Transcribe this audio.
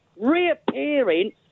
reappearing